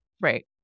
Right